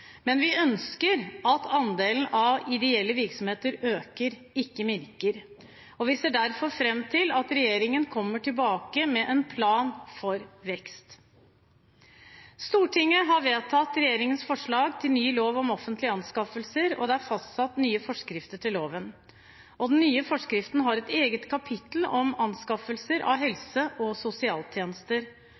Men vi ønsker at andelen ideelle virksomheter øker, ikke minker, og vi ser derfor fram til at regjeringen kommer tilbake med en plan for vekst. Stortinget har vedtatt regjeringens forslag til ny lov om offentlige anskaffelser, og det er fastsatt nye forskrifter til loven. Den nye forskriften har et eget kapittel om anskaffelser av helse- og sosialtjenester.